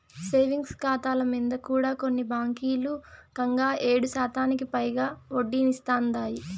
savings కాతాల మింద కూడా కొన్ని బాంకీలు కంగా ఏడుశాతానికి పైగా ఒడ్డనిస్తాందాయి